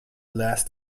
last